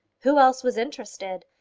who else was interested?